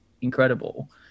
incredible